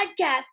podcast